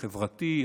החברתי,